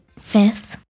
Fifth